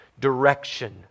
Direction